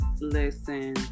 Listen